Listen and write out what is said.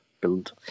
build